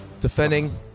defending